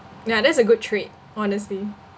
yeah that's a good trait honestly